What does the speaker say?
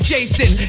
Jason